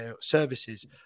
services